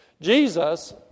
Jesus